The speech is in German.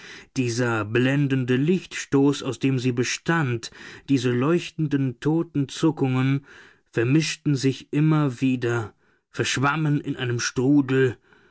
dieser blendende lichtstoff aus dem sie bestand diese leuchtenden toten zuckungen vermischten sich immer wieder verschwammen wie in einem strudel